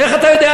איך אתה יודע?